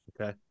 Okay